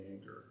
anger